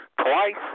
twice